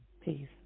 Peace